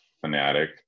fanatic